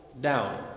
down